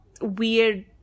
weird